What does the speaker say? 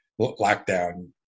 lockdown